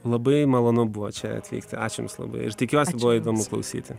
labai malonu buvo čia atvykti ačiū jums labai ir tikiuosi buvo įdomu klausyti